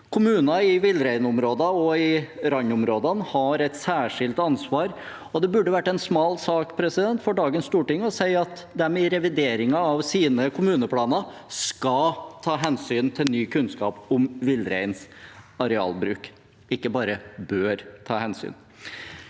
Kommuner i villreinområder og i randområdene har et særskilt ansvar, og det burde vært en smal sak for dagens storting å si at de i revideringen av sine kommuneplaner «skal» ta hensyn til ny kunnskap om villreinens arealbruk, ikke bare «bør» ta hensyn.